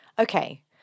Okay